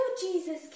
Jesus